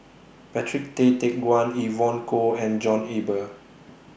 Patrick Tay Teck Guan Evon Kow and John Eber